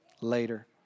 later